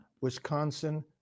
Wisconsin